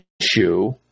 issue